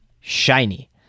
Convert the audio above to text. shiny